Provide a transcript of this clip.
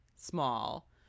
Small